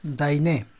दाहिने